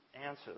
answers